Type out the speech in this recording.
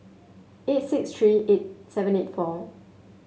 eight six three eight seventy four